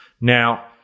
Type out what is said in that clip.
Now